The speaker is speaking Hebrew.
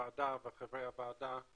הוועדה וחברי הוועדה על